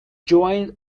joined